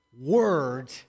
Word